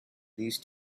these